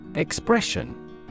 Expression